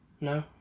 no